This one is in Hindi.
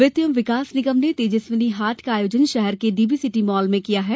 वित्त एवं विकास निगम ने तेजस्विनी हाट का आयोजन शहर के डी बी सिटी मॉल में किया है